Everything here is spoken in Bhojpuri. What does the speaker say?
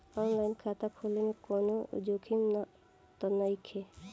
आन लाइन खाता खोले में कौनो जोखिम त नइखे?